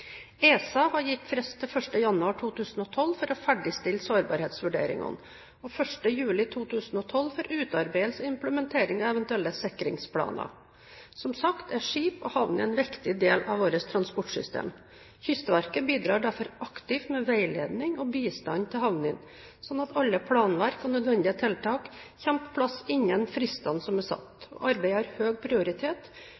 januar 2012 for å ferdigstille sårbarhetsvurderingene, og 1. juli 2012 for utarbeidelse og implementering av eventuelle sikringsplaner. Som sagt er skip og havner en viktig del av vårt transportsystem. Kystverket bidrar derfor aktivt med veiledning og bistand til havnene, slik at alle planverk og nødvendige tiltak kommer på plass innen fristene som er